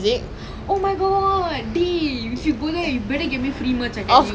but you know lah I just don't make the first move people don't talk to me then I won't talk to them